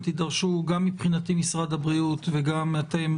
אתם תידרשו מבחינתי, גם משרד הבריאות וגם אתם